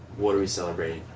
what are we celebrating,